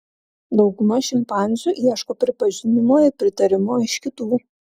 dauguma šimpanzių ieško pripažinimo ir pritarimo iš kitų